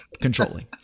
Controlling